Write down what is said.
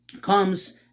comes